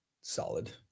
Solid